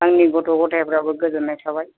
आंनि गथ' गथायफोराबो गोजोननाय थाबाय